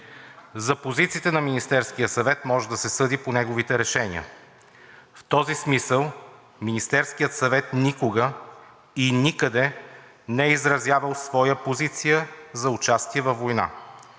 за позициите на Министерския съвет може да се съди по неговите решения. В този смисъл Министерският съвет никога и никъде не е изразявал своя позиция за участие във войната,